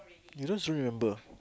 you just remember